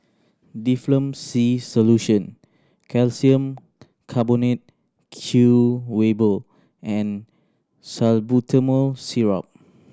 Difflam C Solution Calcium Carbonate Chewable and Salbutamol Syrup